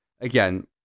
again